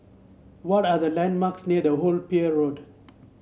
what are the landmarks near The Old Pier Road